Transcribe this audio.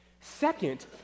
Second